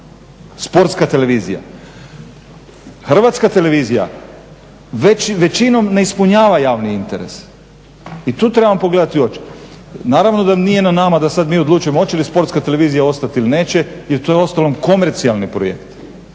Sportska televizija. Hrvatska televizija većinom ne ispunjava javni interes i tu trebamo pogledati u oči. Naravno da nije na nama da sada mi odlučujemo hoće li sportska televizija ostati ili neće jer to je uostalom komercijalni projekt.